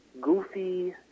goofy